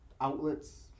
outlets